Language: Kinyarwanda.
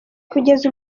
kugeza